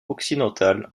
occidentale